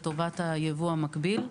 לטובת היבוא המקביל.